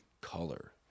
color